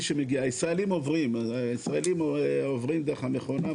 ישראלים עוברים דרך המכונה,